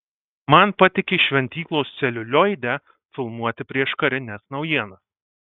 man patiki šventyklos celiulioide filmuoti prieškarines naujienas